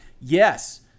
Yes